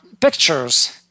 pictures